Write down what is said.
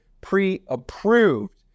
pre-approved